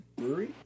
brewery